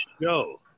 show